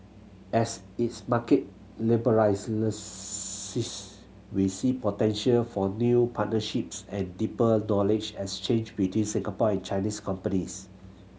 as its market we see potential for new partnerships and deeper knowledge exchange between Singapore and Chinese companies